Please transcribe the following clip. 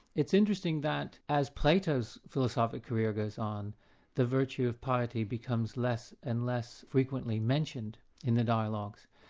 it's interesting that as plato's philosophical career goes on the virtue of piety becomes less and less frequently mentioned in the dialogues.